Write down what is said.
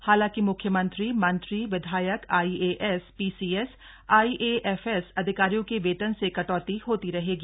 हालांकि म्ख्यमंत्री मंत्री विधायक आईएएस पीसीएस आईएफएस अधिकारियों के वेतन से कटौती होती रहेगी